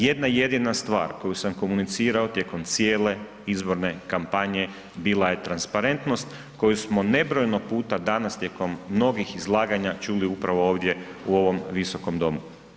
Jedna jedina stvar koju sam komunicirao tijekom cijele izborne kampanje bila je transparentnost koju smo nebrojeno puta danas tijekom mnogih izlaganja čuli upravo ovdje u ovom visokom domu.